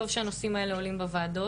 טוב שהנושאים האלה עולים בוועדות,